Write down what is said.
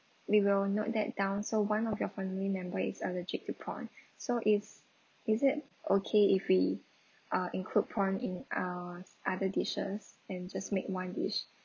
we will note that down so one of your family member is allergic to prawns so is is it okay if we uh include prawn in uh other dishes and just make one dish